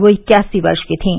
वे इक्यासी वर्ष की थीं